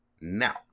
Now